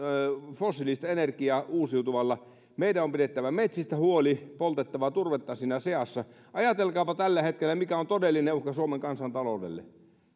fossiilista energiaa uusiutuvalla meidän on pidettävä metsistä huoli poltettava turvetta siinä seassa ajatelkaapa tällä hetkellä mikä on todellinen uhka suomen kansantaloudelle